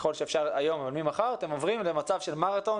ככל שאפשר היום ממחר אתם עוברים למצב של מרתון,